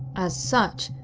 as such,